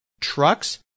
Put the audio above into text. trucks